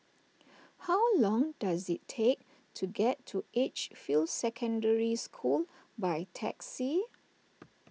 how long does it take to get to Edgefield Secondary School by taxi